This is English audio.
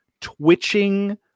twitching